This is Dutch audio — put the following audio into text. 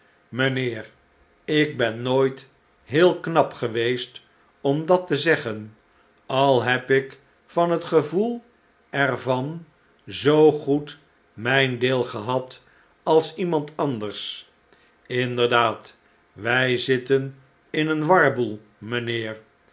mijnheer ik ben nooit heel knap geweest om dat te zeggen al heb ik van het gevoel er van zoo goed mijn deel gehad als iemand anders inderdaad wij zitten in een warboel mijnheer